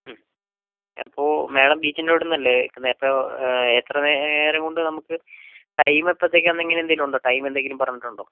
മ് അതിപ്പോൾ മാഡം ബീച്ചിൻ്റവിടുന്നല്ലെ നേരത്തെ എത്രനേരം കൊണ്ട് നമുക്ക് ടൈം എപ്പോത്തേക്കാണ് അങ്ങനെന്തെങ്കിലുമുണ്ടോ ടൈമെന്തെങ്കിലും പറഞ്ഞിട്ടുണ്ടോ